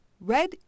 Red